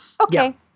Okay